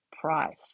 Price